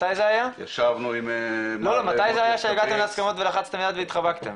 מתי זה היה שהגעתם להסכמות ולחצתם יד והתחבקתם?